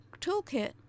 Toolkit